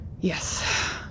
Yes